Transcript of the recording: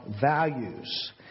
values